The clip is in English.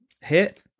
hit